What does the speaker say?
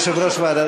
יושב-ראש ועדת,